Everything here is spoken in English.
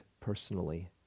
personally